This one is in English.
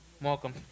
Welcome